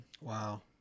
Wow